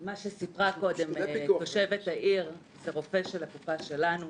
מה שסיפרה קודם תושבת העיר זה רופא של הקופה שלנו.